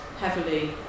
heavily